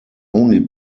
only